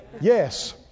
Yes